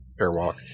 Airwalk